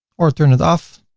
or turn it off,